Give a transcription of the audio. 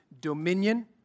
dominion